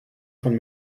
von